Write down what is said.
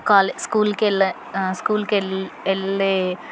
కాలే స్కూల్కు వెళ్ళా స్కూల్కెళ్ వెళ్ళే